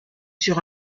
sur